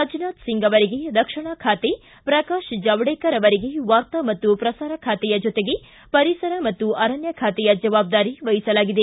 ರಾಜನಾಥ ಸಿಂಗ್ ಅವರಿಗೆ ರಕ್ಷಣಾ ಖಾತೆ ಪ್ರಕಾಶ್ ಜಾವಡೇಕರ್ ಅವರಿಗೆ ವಾರ್ತಾ ಮತ್ತು ಪ್ರಸಾರ ಖಾತೆಯ ಜೊತೆಗೆ ಪರಿಸರ ಮತ್ತು ಅರಣ್ಣ ಖಾತೆಯ ಜವಾಬ್ದಾರಿ ವಹಿಸಲಾಗಿದೆ